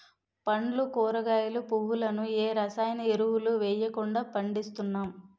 పండ్లు కూరగాయలు, పువ్వులను ఏ రసాయన ఎరువులు వెయ్యకుండా పండిస్తున్నాం